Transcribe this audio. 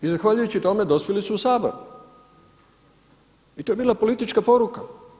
I zahvaljujući tome dospjeli su u Sabor i to je bila politička poruka.